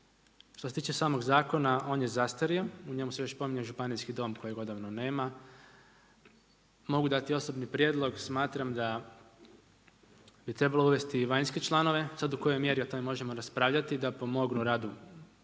što se tiče samog zakona on je zastario, u njemu se još spominje Županijski dom kojeg odavno nema, mogu dati osobni prijedlog, smatram da bi trebalo uvesti vanjske članove, sad u kojoj mjeri o tome možemo raspravljati da pomognu radu